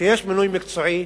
כשיש מינוי מקצועי,